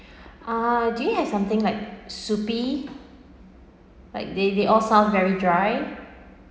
ah do you have something like soupy like they they all sound very dry